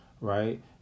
right